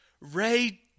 ray